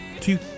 two